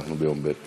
אנחנו ביום ב'.